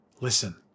Listen